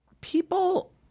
people